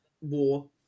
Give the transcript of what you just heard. war